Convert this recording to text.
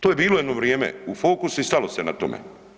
To je bilo jedno vrijeme u fokusu i stalo se na tome.